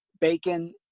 bacon